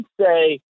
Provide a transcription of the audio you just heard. say